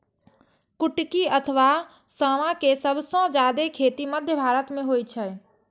कुटकी अथवा सावां के सबसं जादे खेती मध्य भारत मे होइ छै